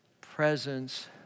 presence